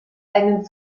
einen